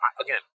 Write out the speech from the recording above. again